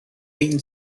been